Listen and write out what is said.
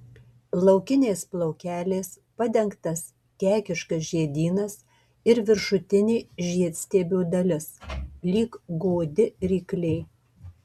liaukiniais plaukeliais padengtas kekiškas žiedynas ir viršutinė žiedstiebio dalis lyg godi ryklė